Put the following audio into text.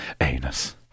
anus